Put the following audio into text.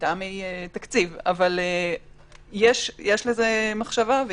מטעמי תקציב, אבל יש על זה מחשבה.